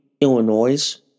Illinois